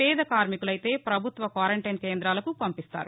పేద కార్మికులైతే పభుత్వ క్వారంటైన్ కేందాలకు పంపిస్తారు